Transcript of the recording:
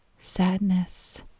sadness